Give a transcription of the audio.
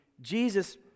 Jesus